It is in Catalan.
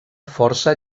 força